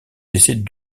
décès